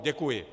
Děkuji.